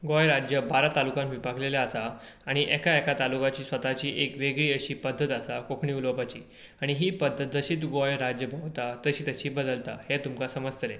गोंय राज्य बारा तालुक्यान विभागिल्लें आसा आनी एका एका तालुक्याची स्वताची एक वेगळी अशी पद्दत आसा कोंकणी उलोवपाची आनी ही पद्दत जशी तूं गोंय राज्य भोंवता तशी तशी ती बदलता हें तुमकां समजतलें